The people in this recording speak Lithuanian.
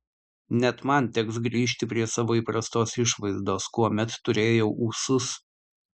net man teks grįžti prie savo įprastos išvaizdos kuomet turėjau ūsus